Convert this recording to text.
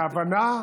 והבנה.